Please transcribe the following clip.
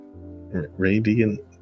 Radiant